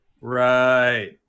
Right